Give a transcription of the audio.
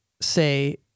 say